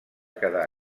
quedar